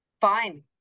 fine